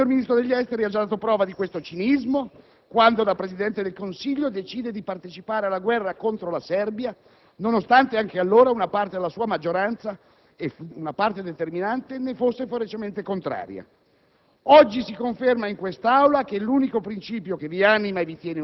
Oggi che siete al Governo, per opportunismo, voi tradite quelle bandiere e prendete le distanze da quelle tesi, accettando cinicamente che una parte determinante della vostra maggioranza manifesti e si batta richiamandovi alla coerenza anche con il vostro recente passato.